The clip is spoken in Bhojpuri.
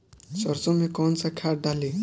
सरसो में कवन सा खाद डाली?